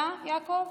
אתה, יעקב,